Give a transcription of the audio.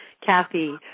Kathy